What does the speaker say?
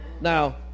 Now